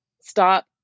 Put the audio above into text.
stop